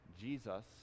Jesus